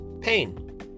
pain